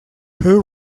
who